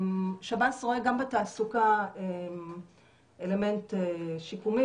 שב"ס רואה גם בתעסוקה אלמנט שיקומי